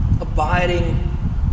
abiding